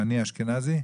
שני אשכנזי?